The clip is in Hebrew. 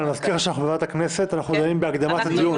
אני מזכיר לך שאנחנו בוועדת הכנסת ואנחנו דנים בהקדמת הדיון.